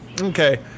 Okay